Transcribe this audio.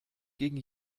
gegen